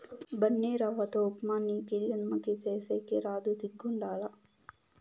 బన్సీరవ్వతో ఉప్మా నీకీ జన్మకి సేసేకి రాదు సిగ్గుండాల